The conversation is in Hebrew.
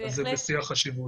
זה בשיא החשיבות.